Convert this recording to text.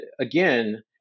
Again